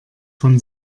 von